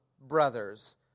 brothers